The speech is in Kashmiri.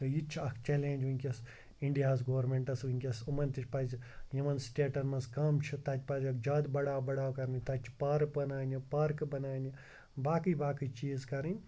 تہٕ یہِ تہِ چھُ اَکھ چلینٛج وٕنکٮ۪س اِنڈیاہَس گورمٮ۪نٹَس وٕنکٮ۪س یِمَن تہِ پَزِ یِمَن سٹیٚٹَن منٛز کَم چھِ تَتہِ پَزٮ۪کھ زیادٕ بَڑاو بَڑاو کَرنہِ تَتہِ چھِ پارک بَناونہِ پارکہٕ بَناونہِ باقٕے باقٕے چیٖز کَرٕنۍ